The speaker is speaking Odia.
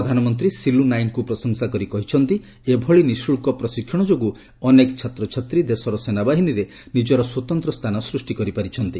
ପ୍ରଧାନମନ୍ତ୍ରୀ ସିଲ୍ ନାଏକଙ୍କୁ ପ୍ରଶଂସା କରି କହିଛନ୍ତି ଏଭଳି ନିଃଶୁଳ୍କ ପ୍ରଶିକ୍ଷଣ ଯୋଗୁଁ ଅନେକ ଛାତ୍ରଛାତ୍ରୀ ଦେଶର ସେନାବାହିନୀରେ ନିଜର ସ୍ୱତନ୍ତ୍ର ସ୍ଥାନ ସୃଷ୍ଟି କରିପାରିଛନ୍ତି